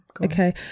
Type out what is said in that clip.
Okay